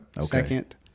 second